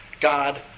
God